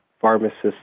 pharmacists